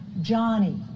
Johnny